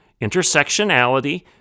intersectionality